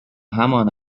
همان